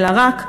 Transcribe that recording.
אלא רק להפך.